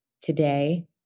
Today